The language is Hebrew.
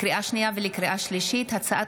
לקריאה שנייה ולקריאה שלישית: הצעת